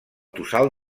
tossal